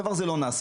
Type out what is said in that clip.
הדבר הזה לא נעשה.